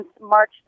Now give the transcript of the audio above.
March